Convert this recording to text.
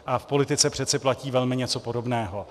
A v politice přece platí velmi něco podobného.